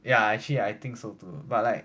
ya actually I think so too but like